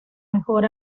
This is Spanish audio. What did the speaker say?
mejor